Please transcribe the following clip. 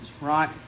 right